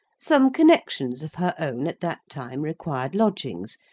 some connections of her own at that time required lodgings,